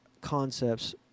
concepts